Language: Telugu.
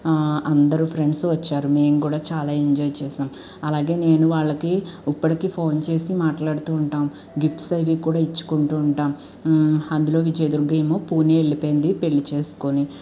అందరూ ఫ్రెండ్స్ వచ్చారు మేము కూడా చాలా ఎంజాయ్ చేసాం అలాగే నేను వాళ్ళకి ఇప్పటికి ఫోన్ చేసి మాట్లాడుతుంటాం గిఫ్ట్స్ అవి కూడా ఇచ్చుకుంటూ ఉంటాం అందులోకి విజయదుర్గ ఏమో పూణే వెళ్ళిపోయింది పెళ్లి చేసుకుని